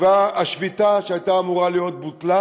השביתה שהייתה אמורה להיות בוטלה